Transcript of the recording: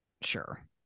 sure